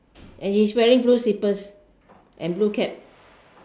and he is wearing blue slippers and blue cap